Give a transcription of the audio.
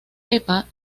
pepa